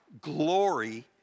Glory